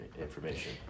information